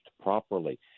properly